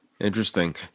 Interesting